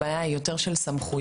הבעיה היא יותר של סמכויות.